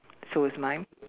so is mine